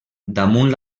damunt